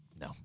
no